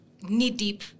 knee-deep